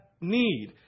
Need